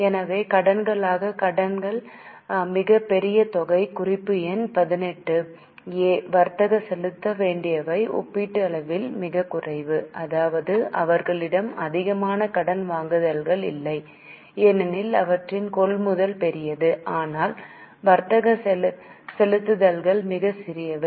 எனவே கடன்களான கடன்கள் மிகப் பெரிய தொகை குறிப்பு எண் 18 ஏ வர்த்தக செலுத்த வேண்டியவை ஒப்பீட்டளவில் மிகக் குறைவு அதாவது அவர்களிடம் அதிகமான கடன் வாங்குதல்கள் இல்லை ஏனெனில் அவற்றின் கொள்முதல் பெரியது ஆனால் வர்த்தக செலுத்துதல்கள் மிகச் சிறியவை